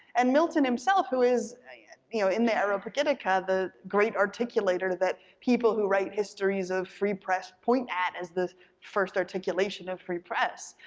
and milton himself, who is, you ah yeah know, in the aeropagitica, the great articulator that people who write histories of free press point at as the first articulation of free press,